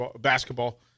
basketball